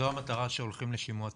זו המטרה שהולכים לשימוע ציבורי.